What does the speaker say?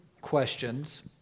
questions